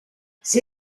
sia